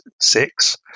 six